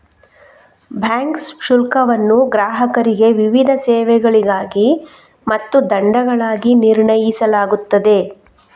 bank ಶುಲ್ಕವನ್ನು ಗ್ರಾಹಕರಿಗೆ ವಿವಿಧ ಸೇವೆಗಳಿಗಾಗಿ ಮತ್ತು ದಂಡಗಳಾಗಿ ನಿರ್ಣಯಿಸಲಾಗುತ್ತದೆ